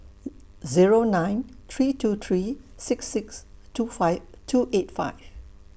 Zero nine three two three six six two five two eight five